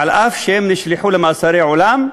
ואף שהם נשלחו למאסרי עולם,